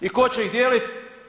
I tko će ih dijeliti?